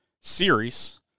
series